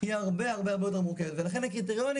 היא הרבה הרבה יותר מורכבת ולכן הקריטריונים,